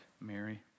Mary